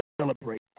celebrate